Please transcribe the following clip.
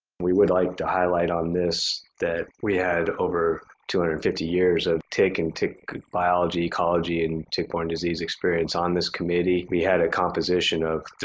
we would like to highlight on this that we had over two hundred and fifty years of taking tick biology, ecology, and tick-borne disease experience on this committee. we had a composition of,